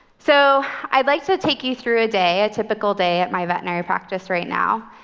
so i'd like to take you through a day, a typical day, at my veterinary practice, right now.